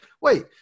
wait